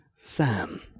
Sam